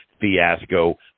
fiasco